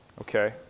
Okay